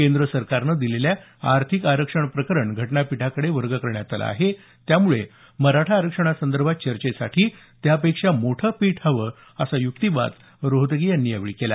केंद्र सरकारने दिलेल्या आर्थिक आरक्षण प्रकरण घटनापीठाकडे वर्ग करण्यात आलं आहे त्यामुळे मराठा आरक्षणासंदर्भात चर्चेसाठी त्यापेक्षा मोठं पीठ हवं असा युक्तिवाद रोहतगी यांनी यावेळी केला